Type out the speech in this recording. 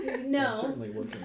No